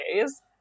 days